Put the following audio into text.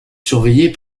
surveillée